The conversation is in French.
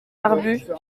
barbue